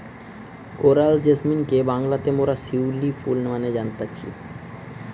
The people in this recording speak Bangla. কোরাল জেসমিনকে বাংলাতে মোরা শিউলি ফুল মানে জানতেছি